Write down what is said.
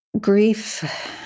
Grief